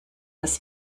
das